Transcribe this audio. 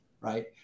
right